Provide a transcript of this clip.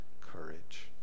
courage